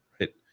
Right